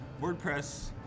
WordPress